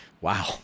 Wow